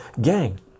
gang